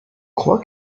crois